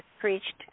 preached